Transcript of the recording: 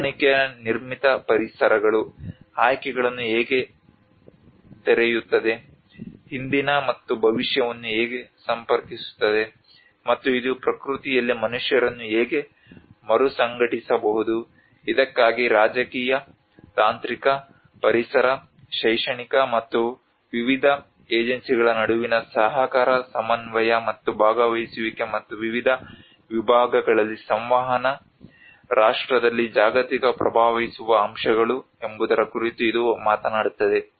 ಹೊಂದಾಣಿಕೆಯ ನಿರ್ಮಿತ ಪರಿಸರಗಳು ಆಯ್ಕೆಗಳನ್ನು ಹೇಗೆ ತೆರೆಯುತ್ತದೆ ಹಿಂದಿನ ಮತ್ತು ಭವಿಷ್ಯವನ್ನು ಹೇಗೆ ಸಂಪರ್ಕಿಸುತ್ತದೆ ಮತ್ತು ಇದು ಪ್ರಕೃತಿಯಲ್ಲಿ ಮನುಷ್ಯರನ್ನು ಹೇಗೆ ಮರುಸಂಘಟಿಸಬಹುದು ಇದಕ್ಕಾಗಿ ರಾಜಕೀಯ ತಾಂತ್ರಿಕ ಪರಿಸರ ಶೈಕ್ಷಣಿಕ ಮತ್ತು ವಿವಿಧ ಏಜೆನ್ಸಿಗಳ ನಡುವಿನ ಸಹಕಾರ ಸಮನ್ವಯ ಮತ್ತು ಭಾಗವಹಿಸುವಿಕೆ ಮತ್ತು ವಿವಿಧ ವಿಭಾಗಗಳಲ್ಲಿ ಸಂವಹನ ರಾಷ್ಟ್ರದಲ್ಲಿ ಜಾಗತಿಕ ಪ್ರಭಾವಿಸುವ ಅಂಶಗಳು ಎಂಬುದರ ಕುರಿತು ಇದು ಮಾತನಾಡುತ್ತದೆ